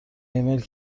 ایمیلی